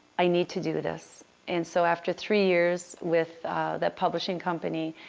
i need to do this. and so after three years with the publishing company,